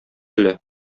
әллә